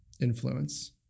influence